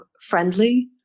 friendly